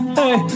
hey